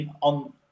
on